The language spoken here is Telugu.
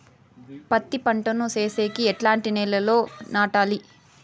పత్తి పంట ను సేసేకి ఎట్లాంటి నేలలో నాటాలి?